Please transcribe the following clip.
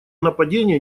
нападения